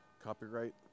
Copyright